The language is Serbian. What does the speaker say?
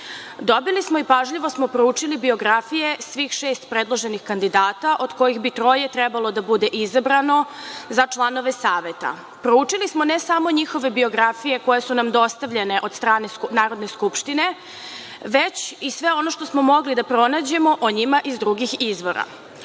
medija. Dobili smo i pažljivo smo poručili biografije svih šest predloženih kandidata, od kojih bi troje trebalo da bude izabrano za članove Saveta. Proučili smo ne samo njihove biografije, koje su nam dostavljene od strane Narodne skupštine, već i sve ono što smo mogli da pronađemo o njima iz drugih izvora. Potpuno